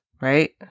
right